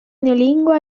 neolingua